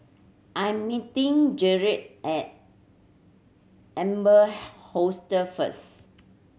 I am meeting Jerrad at Amber Hostel first